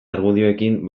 argudioekin